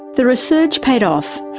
the research paid off,